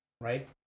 right